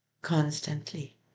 constantly